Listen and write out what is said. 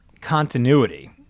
continuity